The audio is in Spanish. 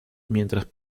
mientras